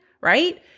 right